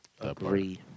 agree